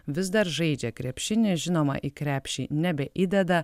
vis dar žaidžia krepšinį žinoma į krepšį nebeįdeda